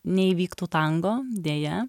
neįvyktų tango deja